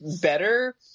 better